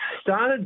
started